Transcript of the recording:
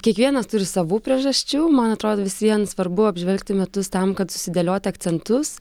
kiekvienas turi savų priežasčių man atrodo vis vien svarbu apžvelgti metus tam kad susidėlioti akcentus